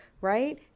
right